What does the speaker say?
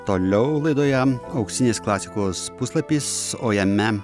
toliau laidoje auksinės klasikos puslapis o jame